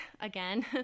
again